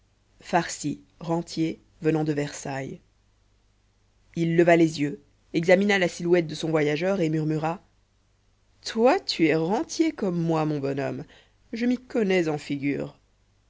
farcy rentier venant de versailles il leva les yeux examina la silhouette de son voyageur et murmura toi tu es rentier comme moi mon bon homme je m'y connais en figures